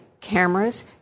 cameras